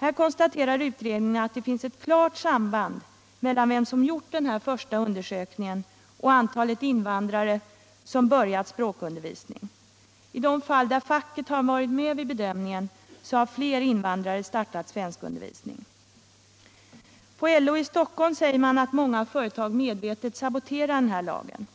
Här konstaterar utredningen att det finns ett klart samband mellan vem som gjort denna första undersökning och antalet invandrare som börjat språkundervisning. I de fall facket varit med vid bedömningen har fler invandrare startat svenskundervisning. Från LO i Stockholm säger man att många företag medvetet saboterar lagen.